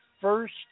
first